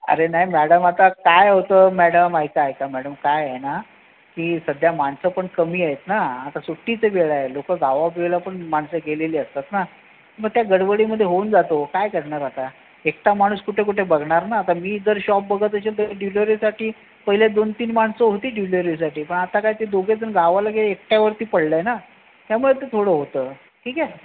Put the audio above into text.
अरे नाही मॅडम आता काय होतं मॅडम माहीत आहे का मॅडम काय आहे ना की सध्या माणसं पण कमी आहेत ना आत्ता सुट्टीचे वेळ आहे लोकं गावाबिवाला पण माणसं गेलेली असतात ना मग त्या गडबडीमध्ये होऊन जातं हो काय करणार आता एकटा माणूस कुठे कुठे बघणार ना आता मी जर शॉप बघत असेल तर डिलीवरीसाठी पहिले दोन तीन माणसं होती डिलीवरीसाठी पण आत्ता काय ते दोघे जण गावाला गेले एकट्यावरती पडलं आहे ना त्यामुळे ते थोडं होतं ठीक आहे